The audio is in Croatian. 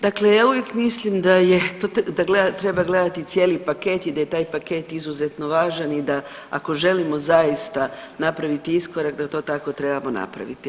Dakle, ja uvijek mislim da treba gledati cijeli paket i da je taj paket izuzetno važan i da ako želimo zaista napraviti iskorak da to tako trebamo napraviti.